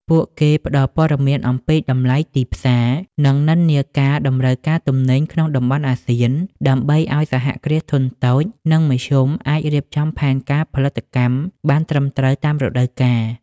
ពួកគេផ្ដល់ព័ត៌មានអំពីតម្លៃទីផ្សារ និងនិន្នាការតម្រូវការទំនិញក្នុងតំបន់អាស៊ាន ដើម្បីឱ្យ សហគ្រាសធុនតូច និងមធ្យមអាចរៀបចំផែនការផលិតកម្មបានត្រឹមត្រូវតាមរដូវកាល។